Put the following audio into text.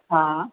हा